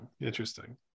interesting